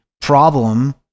problem